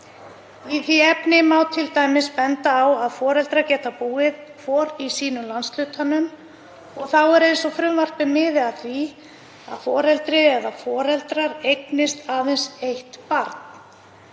Í því efni má t.d. benda á að foreldrar geta búið hvor í sínum landshlutanum og þá er eins og frumvarpið miði að því að foreldri eða foreldrar eignist aðeins eitt barn,